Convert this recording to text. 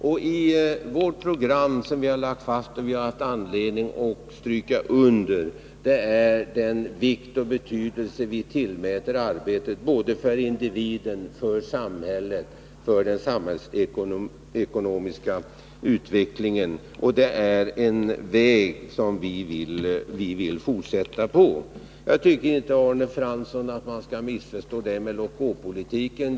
Av det program som vi har lagt fast — det har vi haft anledning att stryka under — framgår den betydelse som vi tillmäter arbetet, såväl för individen som för samhället och den samhällsekonomiska utvecklingen. Den vägen vill vi också fortsätta på. Jag tycker inte, Arne Fransson, att det finns anledning att missförstå det här med låt-gå-politiken.